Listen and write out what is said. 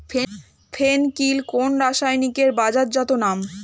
ফেন কিল কোন রাসায়নিকের বাজারজাত নাম?